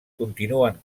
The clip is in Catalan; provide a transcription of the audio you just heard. continuen